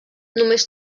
només